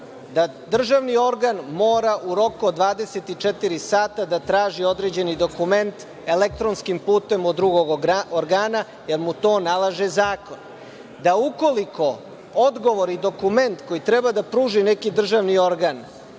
da državni organ mora u roku od 24 časa da traži određeni dokument elektronskim putem od drugog organa, jer mu to nalaže zakon, da ukoliko odgovor i dokument koji treba da pruži neki državni organ